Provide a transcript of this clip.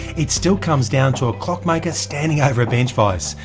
it still comes down to a clockmaker standing over a bench vise,